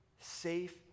safe